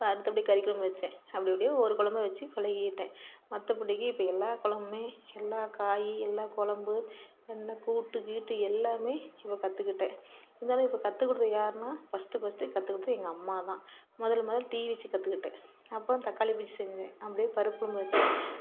அடுத்தபடிக்கி கறிக்கொழம்பு வச்சேன் அப்படி அப்படியே ஒரு கொழம்ப வச்சி பழகிக்கிட்டேன் மற்றபடிக்கு இப்போ எல்லா கொழம்புமே எல்லா காய் எல்லா கொழம்பு என்ன கூட்டு கீட்டு எல்லாமே இப்போ கற்றுக்கிட்டேன் இருந்தாலும் இப்போ கற்றுக் கொடுத்தது யாருனா ஃபஸ்ட்டு ஃபஸ்ட்டு கற்றுக் கொடுத்தது எங்கள் அம்மா தான் முதல் முதல் டீ வச்சி கற்றுக்கிட்டேன் அப்புறம் தக்காளிபச்சி செஞ்சேன் அப்படியே பருப்பும் வச்சேன்